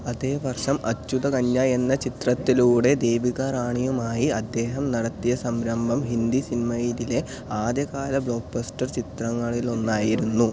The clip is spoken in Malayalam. അതേ വർഷം അച്യുതകന്യ എന്ന ചിത്രത്തിലൂടെ ദേവിക റാണിയുമായി അദ്ദേഹം നടത്തിയ സംരംഭം ഹിന്ദി സിനിമയിലെ ആദ്യകാല ബ്ലോക്ക് ബസ്റ്റർ ചിത്രങ്ങളിലൊന്നായിരുന്നു